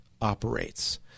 operates